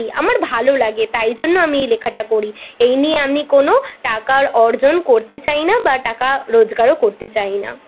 আমার ভালো লাগে তাই জন্য আমি এই লেখাটা করি এই নিয়ে আমি কোনো টাকা অর্জন করতে চাই না বা টাকা রোজগারও করতে চাই না